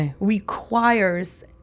requires